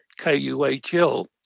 K-U-H-L